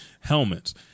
helmets